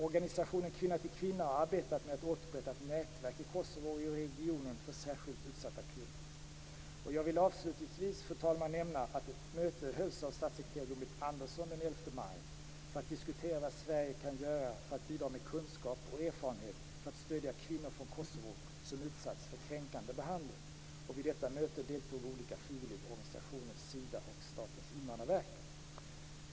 · Organisationen Kvinna till kvinna har arbetat med att återupprätta ett nätverk i Kosovo och i regionen för särskilt utsatta kvinnor. Jag vill avslutningsvis nämna att ett möte hölls av statssekreterare Gun-Britt Andersson den 11 maj för att diskutera vad Sverige kan göra för att bidra med kunskap och erfarenhet för att stödja kvinnor från Kosovo som utsatts för kränkande behandling. Vid detta möte deltog olika frivilligorganisationer, Sida och Statens invandrarverk.